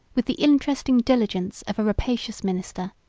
with the interesting diligence of a rapacious minister,